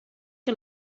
que